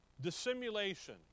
Dissimulation